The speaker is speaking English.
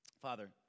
Father